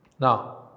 Now